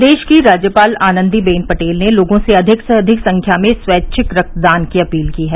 प्रदेश की राज्यपाल आनन्दीबेन पटेल ने लोगों से अधिक से अधिक संख्या में स्वैच्छिक रक्तदान की अपील की है